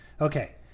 Okay